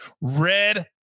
Red